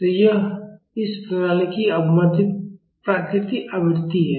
तो यह इस प्रणाली की अवमंदित प्राकृतिक आवृत्ति है